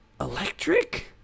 Electric